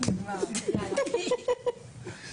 אדוני